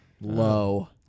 Low